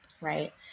right